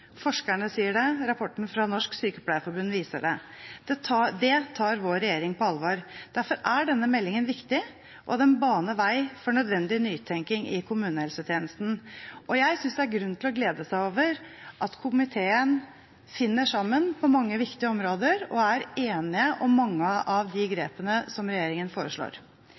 Forskerne sier det, rapporten fra Norsk Sykepleierforbund viser det. Det tar vår regjering på alvor. Derfor er denne meldingen viktig, og den baner vei for nødvendig nytenking i kommunehelsetjenesten. Jeg syns det er grunn til å glede seg over at komiteen finner sammen på mange viktige områder og er enige om mange av de grepene som regjeringen foreslår.